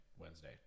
Wednesday